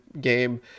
game